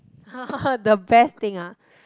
the best thing ah